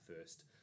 first